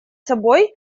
собой